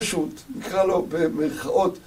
פשוט נקרא לו במרכאות